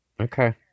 okay